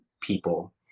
people